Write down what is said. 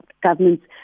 government's